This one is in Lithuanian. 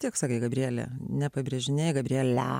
tiek sakė gabrielė nepabrėžinėji gabriele